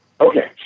Okay